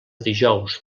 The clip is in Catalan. dijous